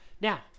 Now